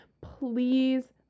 Please